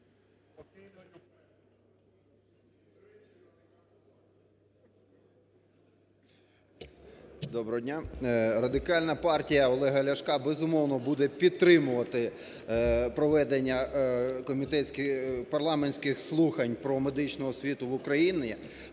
Доброго дня! Радикальна партія Олега Ляшка безумовно буде підтримувати проведення парламентських слухань про медичну освіту в Україні.